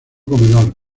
comedor